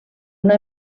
una